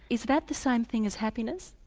is that the same thing as happiness?